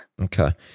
Okay